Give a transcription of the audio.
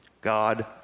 God